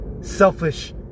Selfish